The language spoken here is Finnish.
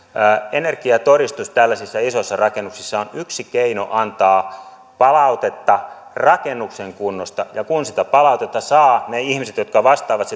energiatodistus tällaisissa isoissa rakennuksissa on yksi keino antaa palautetta rakennuksen kunnosta ja kun sitä palautetta saa niiden ihmisten jotka vastaavat